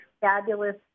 fabulous